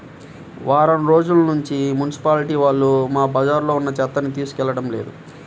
వారం రోజుల్నుంచి మున్సిపాలిటీ వాళ్ళు మా బజార్లో ఉన్న చెత్తని తీసుకెళ్లడం లేదు